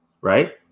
right